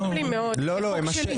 חשוב לי מאוד, זה חוק שלי.